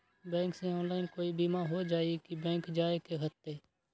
Bank से online कोई बिमा हो जाई कि बैंक जाए के होई त?